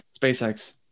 SpaceX